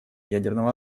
ядерного